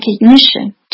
recognition